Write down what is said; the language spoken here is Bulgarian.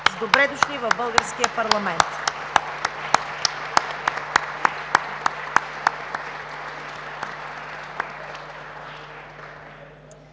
с „Добре дошли!“ в българския парламент!